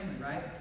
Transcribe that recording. right